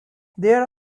there